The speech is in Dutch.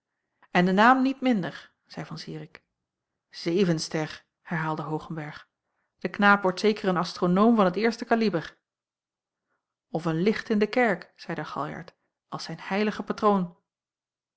en den naam niet minder zeî van zirik zevenster herhaalde hoogenberg de knaap wordt zeker een astronoom van t eerste kaliber f een licht in de kerk zeide galjart als zijn heilige patroon